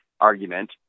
argument